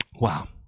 Wow